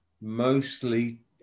mostly